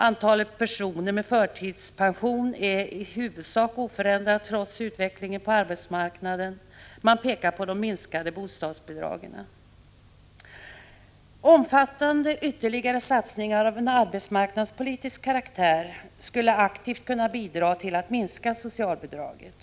Antalet personer med förtidspension är i huvudsak oförändrat, trots utvecklingen på arbetsmarknaden. Man pekar på de minskade bostadsbidragen. Omfattande ytterligare satsningar av arbetsmarknadspolitisk karaktär skulle aktivt kunna bidra till att minska kostnaderna för socialbidragen.